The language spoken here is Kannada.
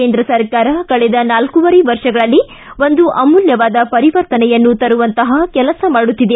ಕೇಂದ್ರ ಸರ್ಕಾರ ಕಳೆದ ನಾಲ್ಕವರೆ ವರ್ಷಗಳಲ್ಲಿ ಒಂದು ಅಮೂಲ್ಕವಾದ ಪರಿವರ್ತನೆಯನ್ನು ತರುವಂತಹ ಕೆಲಸ ಮಾಡುತ್ತಿದೆ